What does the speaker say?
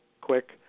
quick